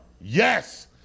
Yes